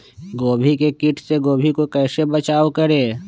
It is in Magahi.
गोभी के किट से गोभी का कैसे बचाव करें?